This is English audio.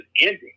ending